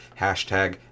hashtag